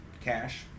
cash